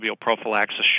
prophylaxis